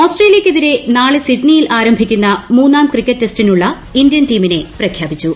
ഓസ്ട്രേലിയക്കെതിരെ നാളെ സിഡ്നിയിൽ ആരംഭിക്കുന്ന മൂന്നാം ക്രിക്കറ്റ് ടെസ്റ്റിനുള്ള ഇന്ത്യൻ ടീമിനെ പ്രഖ്യാപിച്ചു